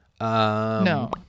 No